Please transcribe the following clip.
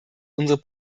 unsere